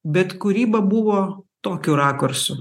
bet kūryba buvo tokiu rakursu